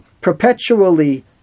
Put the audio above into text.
perpetually